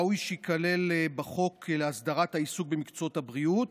ראוי שייכלל בחוק להסדרת העיסוק במקצועות הבריאות,